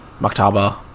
Maktaba